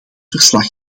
verslag